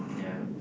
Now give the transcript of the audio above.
yeah